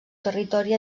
territori